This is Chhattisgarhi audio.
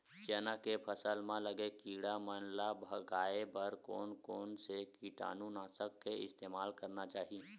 चना के फसल म लगे किड़ा मन ला भगाये बर कोन कोन से कीटानु नाशक के इस्तेमाल करना चाहि?